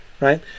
right